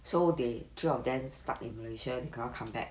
so they three of them stuck in malaysia cannot come back